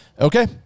Okay